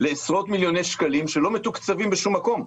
לעשרות מיליוני שקלים שלא מתוקצבים בשום מקום.